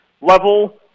level